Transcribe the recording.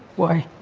why.